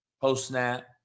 Post-snap